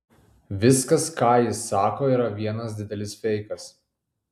viskas ką jis sako yra vienas didelis feikas